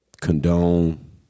condone